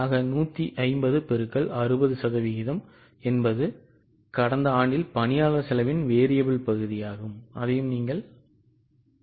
ஆக 150X60 சதவீதம் என்பது கடந்த ஆண்டு பணியாளர் செலவின் மாறி பங்கு